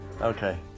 Okay